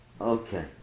Okay